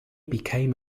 became